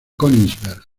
königsberg